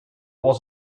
was